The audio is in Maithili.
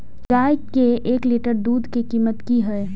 गाय के एक लीटर दूध के कीमत की हय?